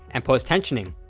and post-tensioning.